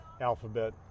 Alphabet